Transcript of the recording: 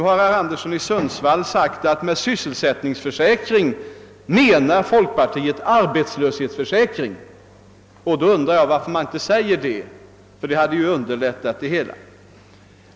Herr Anderson i Sundsvall har sagt att med = sysselsättningsförsäkring menar folkpartiet arbetslöshetsförsäkring. Varför säger man inte det då; det hade underlättat det hela.